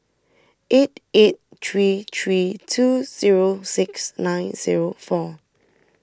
eight eight three three two zero six nine zero four